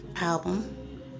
album